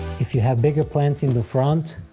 if you have bigger plants in the front,